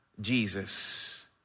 Jesus